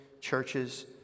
churches